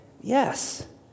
yes